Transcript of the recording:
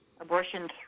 abortion